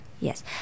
Yes